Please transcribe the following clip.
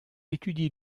étudie